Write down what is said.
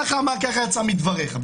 ככה הבנתי מדבריך.